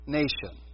nation